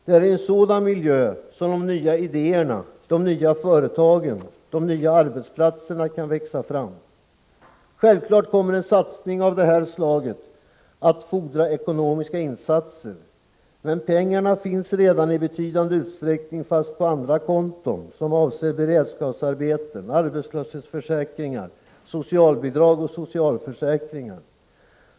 Det är i en sådan miljö som de nya idéerna, de nya företagen, de nya arbetsplatserna kan växa fram. Självklart kommer en satsning av det här slaget att fordra ekonomiska insatser. Men pengarna finns redan i betydande utsträckning, fast på andra konton, som avser beredskapsarbeten, arbetslöshetsförsäkringar, socialbidrag och socialförsäkringar.